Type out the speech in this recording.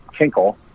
Kinkle